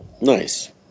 Nice